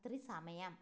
രാത്രി സമയം